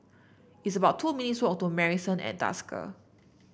it's about two minutes' walk to Marrison at Desker